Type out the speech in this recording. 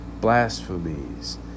blasphemies